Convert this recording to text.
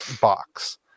box